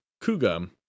Kuga